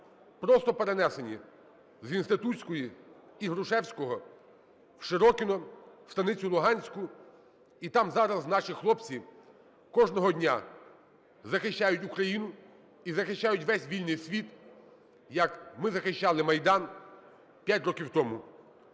просто перенесені з Інститутської і Грушевського вШирокине, в Станицю Луганську, і там зараз наші хлопці кожного дня захищають Україну і захищають весь вільний світ, як ми захищали Майдан 5 років тому.